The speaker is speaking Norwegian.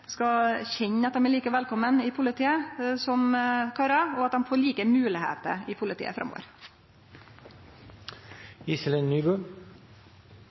skal kjenne at dei er like velkomne i politiet som karar, og at dei får like moglegheiter i politiet